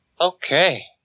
Okay